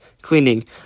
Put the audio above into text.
Cleaning